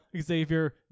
xavier